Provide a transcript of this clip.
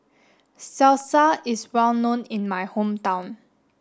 Salsa is well known in my hometown